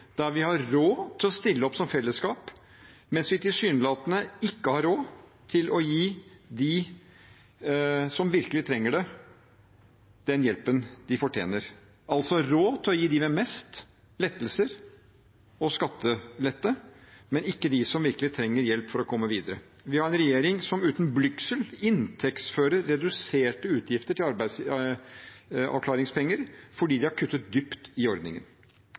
der vi har råd til å stille opp som fellesskap, mens vi tilsynelatende ikke har råd til å gi dem som virkelig trenger det, den hjelpen de fortjener – vi har altså råd til å gi dem som har mest lettelser og skattelette, men ikke dem som virkelig trenger hjelp for å komme videre. Vi har en regjering som uten blygsel inntektsfører reduserte utgifter til arbeidsavklaringspenger, fordi de har kuttet dypt i ordningen.